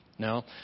No